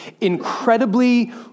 incredibly